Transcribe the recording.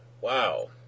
Wow